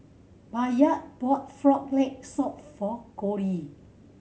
Bayard bought Frog Leg Soup for Kole